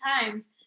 times